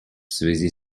связи